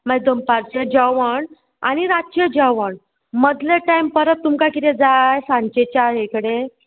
मागीर दनपारचें जेवण आनी रातचें जेवण मदले टायम परत तुमकां किदें जाय सांचे हे कडे